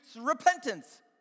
repentance